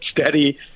steady